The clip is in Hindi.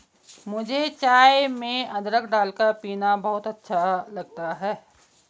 मुझे चाय में अदरक डालकर पीना बहुत अच्छा लगता है